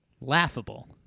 Laughable